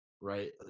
right